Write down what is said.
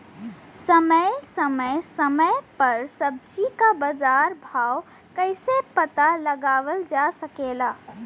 समय समय समय पर सब्जी क बाजार भाव कइसे पता लगावल जा सकेला?